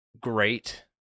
great